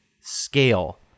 scale